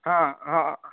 हा हा